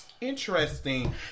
interesting